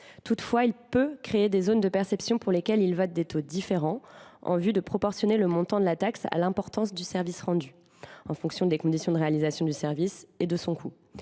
Toutefois, il peut créer des zones de perception sur lesquelles sont appliqués des taux différents en vue de proportionner le montant de la taxe à l’importance du service rendu, c’est à dire des conditions de réalisation du service et de son coût.